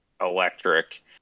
electric